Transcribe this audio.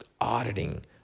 auditing